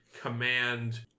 command